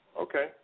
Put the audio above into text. Okay